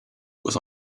was